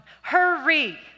hurry